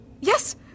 Yes